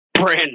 Brand